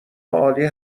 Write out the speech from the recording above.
عالی